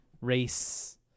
race